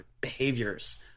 behaviors